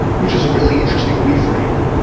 which was a really interesting reframe.